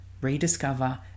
Rediscover